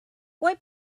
wipe